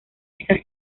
esa